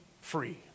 free